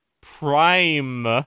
prime